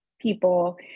people